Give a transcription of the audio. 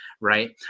right